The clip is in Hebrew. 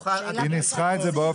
היא ניסחה את זה.